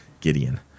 Gideon